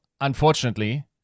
unfortunately